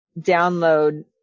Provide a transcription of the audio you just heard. download